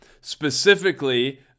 specifically